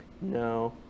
no